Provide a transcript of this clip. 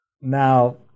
Now